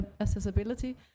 accessibility